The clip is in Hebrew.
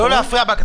לא להפריע בהקראה.